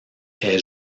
est